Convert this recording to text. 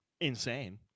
insane